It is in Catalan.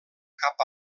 cap